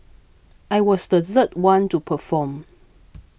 I was the third one to perform